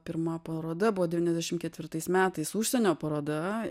pirma paroda buvo devyniasdešim ketvirtais metais užsienio paroda